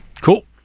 cool